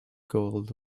gold